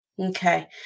Okay